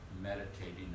meditating